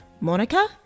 Monica